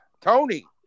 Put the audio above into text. Tony